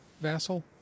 Vassal